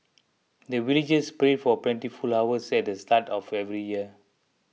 the villagers pray for plentiful harvest at the start of every year